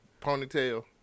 ponytail